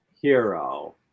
hero